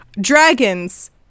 Dragons